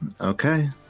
Okay